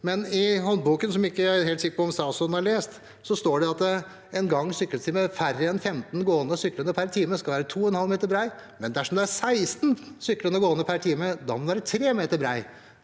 I håndboken, som jeg ikke er helt sikker på om statsråden har lest, står det imidlertid at en gang- og sykkelsti med færre enn 15 gående og syklende per time skal være 2,5 meter bred, men dersom det er 16 syklende og gående per time, må den være 3 meter bred